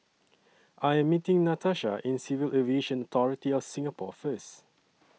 I Am meeting Natasha in Civil Aviation Authority of Singapore First